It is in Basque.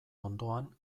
ondoan